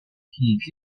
peak